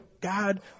God